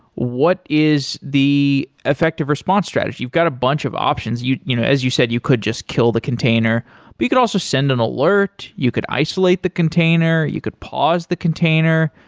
what is the effective response strategy? you've got a bunch of options. you know as you said, you could just kill the container, but you could also send an alert, you could isolate the container, you could pause the container,